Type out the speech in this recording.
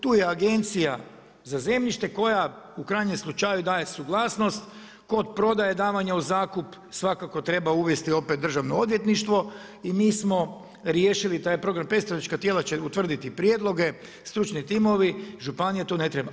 Tu je Agencija za zemljište koja u krajnjem slučaju daje suglasnost kod prodaje davanja u zakup svakako treba uvesti opet državno odvjetništvo i mi smo riješili taj problem. predstavnička tijela će utvrditi prijedloge, stručni timovi, županija tu ne treba.